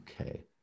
okay